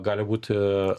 gali būti